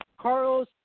Carlos